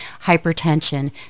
hypertension